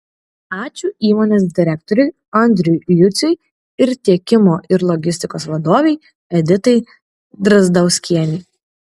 ačiū įmonės direktoriui andriui juciui ir tiekimo ir logistikos vadovei editai drazdauskienei